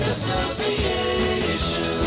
Association